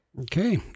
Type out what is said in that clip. okay